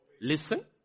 listen